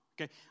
okay